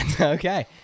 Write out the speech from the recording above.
Okay